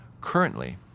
Currently